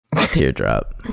teardrop